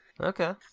Okay